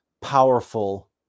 powerful